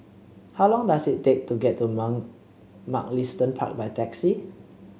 how long does it take to get to Mum Mugliston Park by taxi